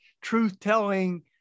truth-telling